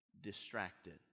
distracted